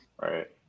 Right